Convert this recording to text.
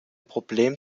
problem